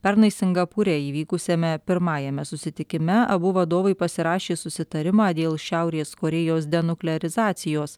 pernai singapūre įvykusiame pirmajame susitikime abu vadovai pasirašė susitarimą dėl šiaurės korėjos denuklerizacijos